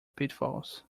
pitfalls